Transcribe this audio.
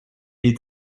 est